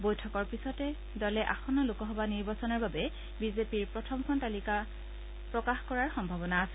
বৈঠকৰ পিছত দলে আসন্ন লোকসভা নিৰ্বাচনৰ বাবে বিজেপিৰ প্ৰথমখন প্ৰাৰ্থি তালিকা প্ৰকাশ কৰাৰ সম্ভাৱনা আছে